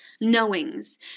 knowings